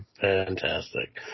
fantastic